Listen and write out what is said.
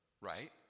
right